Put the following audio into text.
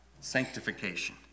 Sanctification